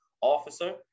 officer